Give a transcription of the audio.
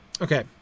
Okay